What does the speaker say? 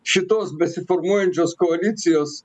šitos besiformuojančios koalicijos